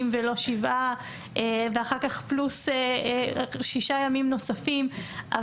ולא שבעה ואחר כך פלוס שישה ימים נוספים.